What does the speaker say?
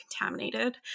contaminated